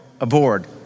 aboard